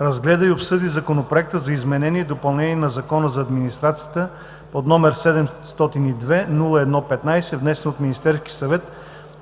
разгледа и обсъди Законопроект за изменение и допълнение на Закона за администрацията, №702-01-15, внесен от Министерския съвет